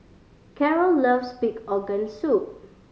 Carroll loves pig organ soup